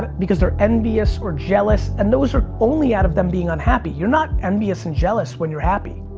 because they're envious or jealous and those are only out of them being unhappy. you're not envious and jealous when you're happy.